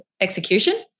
Execution